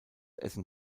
essen